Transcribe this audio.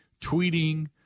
tweeting